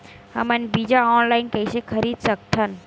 हमन बीजा ऑनलाइन कइसे खरीद सकथन?